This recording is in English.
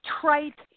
trite